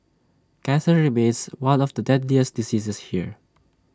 cancer remains one of the deadliest diseases here